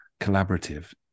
collaborative